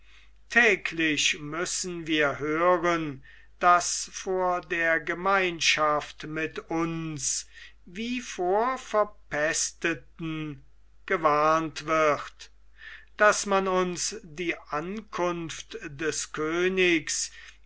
täglich müssen wir hören daß vor der gemeinschaft mit uns wie vor verpesteten gewarnt wird daß man uns die ankunft des königs